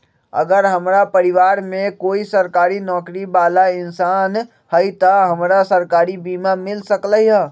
अगर हमरा परिवार में कोई सरकारी नौकरी बाला इंसान हई त हमरा सरकारी बीमा मिल सकलई ह?